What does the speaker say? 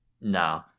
No